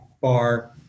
bar